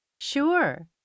Sure